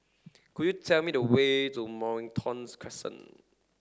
could you tell me the way to Mornington Crescent